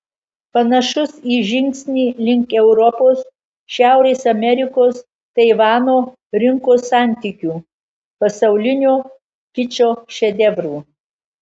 panašus į žingsnį link europos šiaurės amerikos taivano rinkos santykių pasaulinio kičo šedevrų